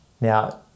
Now